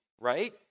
right